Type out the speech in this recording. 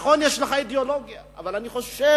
נכון, יש לך אידיאולוגיה, אבל אני חושב,